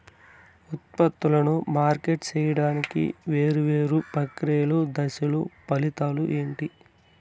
ఉత్పత్తులను మార్కెట్ సేయడానికి వేరువేరు ప్రక్రియలు దశలు ఫలితాలు ఏంటి?